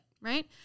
right